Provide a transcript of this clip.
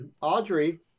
audrey